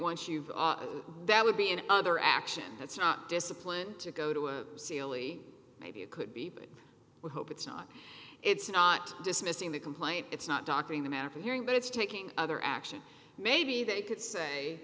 once you've that would be an other action that's not discipline to go to a silly maybe it could be but we hope it's not it's not dismissing the complaint it's not doctoring them after hearing but it's taking other action maybe they could say